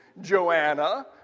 Joanna